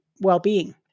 well-being